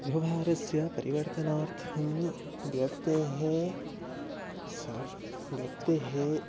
व्यवहारस्य परिवर्तनार्थं व्यक्तेः सर् व्यक्तेः